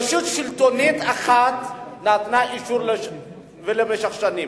רשות שלטונית אחת נתנה אישור למשך שנים.